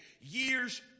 years